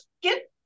get